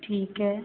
ठीक है